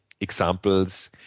examples